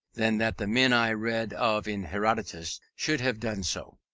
than that the men i read of in herodotus should have done so.